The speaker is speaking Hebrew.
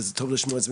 וטוב לשמוע את זה,